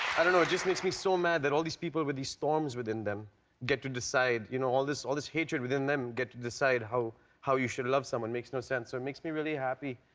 i don't know, it just makes me so mad that all these people with these storms within them get to decide you know all this all this hatred within them gets to decide how how you should love someone. makes no sense. so it makes me really happy.